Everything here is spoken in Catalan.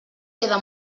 queda